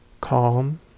calm